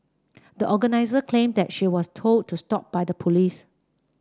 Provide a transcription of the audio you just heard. the organiser claimed that she was told to stop by the police